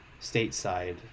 stateside